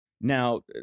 Now